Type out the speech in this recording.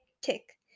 tick